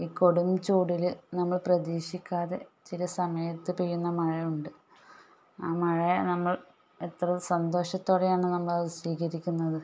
ഈ കൊടും ചൂടിൽ നമ്മൾ പ്രതിഷിക്കാതെ ചില സമയത്ത് പെയ്യുന്ന മഴ ഉണ്ട് ആ മഴയെ നമ്മൾ എത്ര സന്തോഷത്തോടെയാണ് നമ്മൾ അത് സ്വീകരിക്കുന്നത്